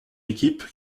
équipe